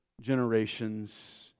generations